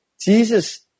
Jesus